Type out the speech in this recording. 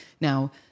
Now